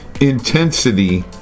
intensity